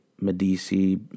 Medici